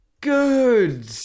Good